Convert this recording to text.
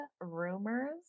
rumors